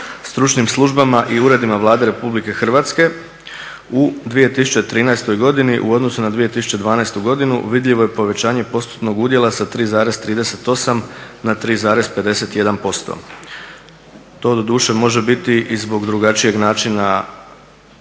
stručnim službama i uredima Vlade RH u 2013. godini u odnosu na 2012. godinu, vidljivo je povećanje postotnog udjela sa 3,38 na 3,51%. To doduše može biti i zbog drugačijeg načina